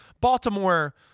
Baltimore